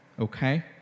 Okay